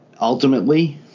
ultimately